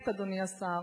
באמת, אדוני השר,